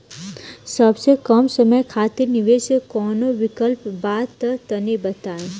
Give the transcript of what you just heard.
सबसे कम समय खातिर निवेश के कौनो विकल्प बा त तनि बताई?